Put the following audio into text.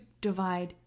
divide